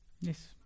Yes